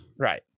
Right